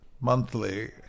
Monthly